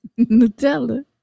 Nutella